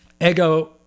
Ego